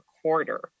quarter